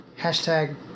Hashtag